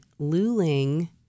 Luling